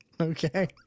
Okay